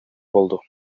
болду